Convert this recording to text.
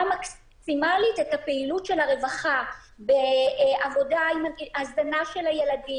מקסימלית את הפעילות של הרווחה בעבודה עם הזנה של הילדים,